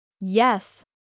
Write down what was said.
Yes